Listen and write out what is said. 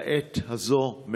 לעת הזאת,